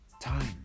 Time